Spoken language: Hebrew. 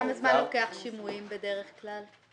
כמה זמן לוקחים שימועים בדרך כלל?